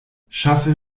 schaffe